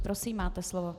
Prosím, máte slovo.